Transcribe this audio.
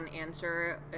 answer